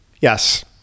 Yes